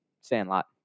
Sandlot